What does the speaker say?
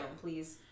Please